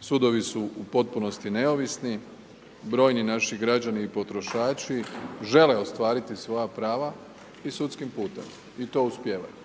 sudovi su u potpunosti neovisni, brojni naši građani i potrošači žele ostvariti svoja prava i sudskim putem i to uspijevaju.